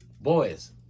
boys